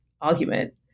argument